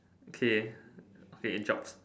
okay okay end jobs